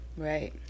Right